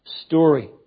story